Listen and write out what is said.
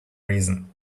reason